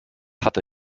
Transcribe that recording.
hatte